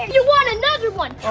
you want another one?